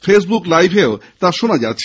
Facebook লাইভেও তা শোনা যাচ্ছে